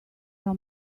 your